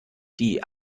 die